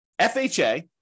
FHA